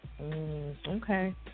Okay